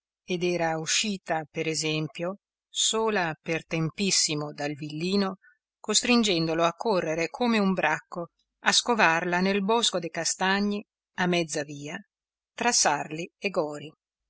ed era uscita per esempio sola per tempissimo dal villino costringendolo a correre come un bracco a scovarla nel bosco dei castagni a mezza via tra sarli e gori